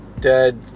dead